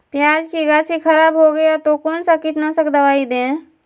प्याज की गाछी खराब हो गया तो कौन सा कीटनाशक दवाएं दे?